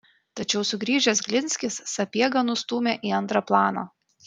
tačiau sugrįžęs glinskis sapiegą nustūmė į antrą planą